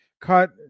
cut